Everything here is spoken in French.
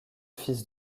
fils